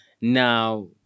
Now